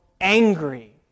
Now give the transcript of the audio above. angry